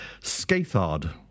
scathard